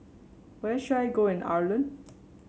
where should I go in Ireland